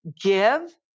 give